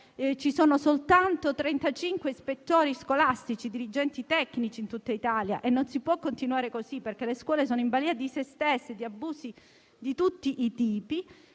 ci sono soltanto 35 ispettori scolastici e dirigenti tecnici in tutta Italia e non si può continuare così, perché le scuole sono in balia di sé stesse e di abusi di tutti i tipi,